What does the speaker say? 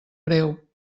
greu